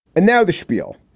and now the spiel.